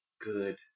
good